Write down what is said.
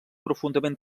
profundament